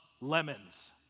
lemons